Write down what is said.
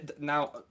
Now